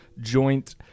joint